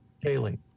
daily